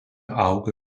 augo